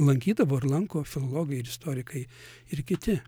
lankydavo ir lanko filologai ir istorikai ir kiti